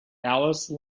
alice